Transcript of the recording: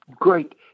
Great